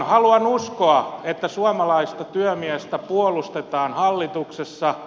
haluan uskoa että suomalaista työmiestä puolustetaan hallituksessa